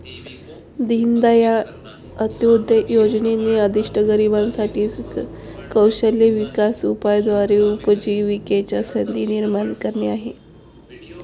दीनदयाळ अंत्योदय योजनेचे उद्दिष्ट गरिबांसाठी साठी कौशल्य विकास उपायाद्वारे उपजीविकेच्या संधी निर्माण करणे आहे